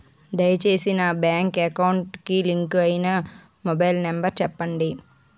దయచేసి నా bank account కి లింక్ అయినా మొబైల్ నంబర్ చెప్పండి